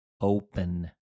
open